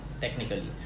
technically